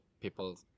people